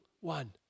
one